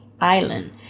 Island